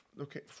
Okay